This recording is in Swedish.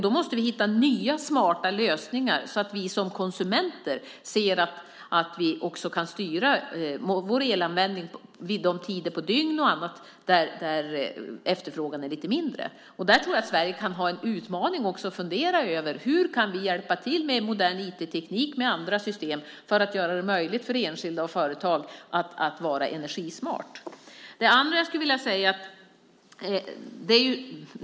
Då måste vi hitta nya smarta lösningar så att vi som konsumenter ser att vi också kan styra vår elanvändning till de tider på dygnet där efterfrågan är lite mindre. Det är en utmaning för Sverige, och det är något att fundera över hur vi kan hjälpa till med modern IT-teknik och andra system för att göra det möjligt för enskilda och företag att vara energismarta.